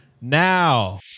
now